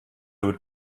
would